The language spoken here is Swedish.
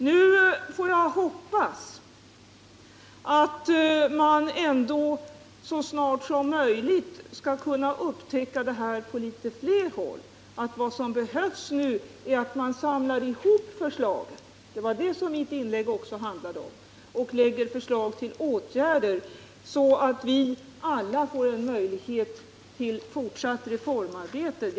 Nu hoppas jag att man på flera håll så snart som möjligt upptäcker att vad som behövs är att man samlar ihop förslagen — det handlade mitt inlägg också om — och lägger fram förslag till åtgärder, så att ett fortsatt reformarbete blir möjligt.